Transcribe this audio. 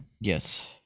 Yes